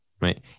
right